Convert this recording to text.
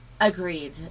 Agreed